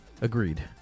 Agreed